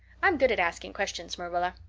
i'm good at asking questions, marilla.